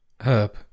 Herb